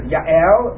Ya'el